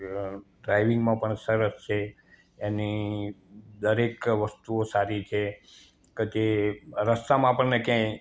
અ ડ્રાઇવિંગમાં પણ સરસ છે એની દરેક વસ્તુઓ સારી છે અ કે રસ્તામાં આપણને ક્યાંય